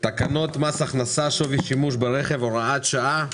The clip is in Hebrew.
הצעת תקנות מס הכנסה (שווי השימוש ברכב)(הוראת שעה),